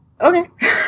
okay